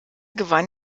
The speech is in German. gewann